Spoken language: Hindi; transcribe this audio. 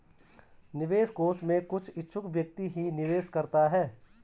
निवेश कोष में कुछ इच्छुक व्यक्ति ही निवेश करता है